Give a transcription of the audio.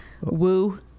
woo